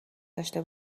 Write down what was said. داشته